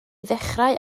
ddechrau